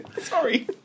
Sorry